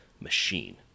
machine